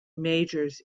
majors